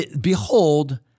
behold